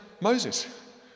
Moses